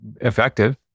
effective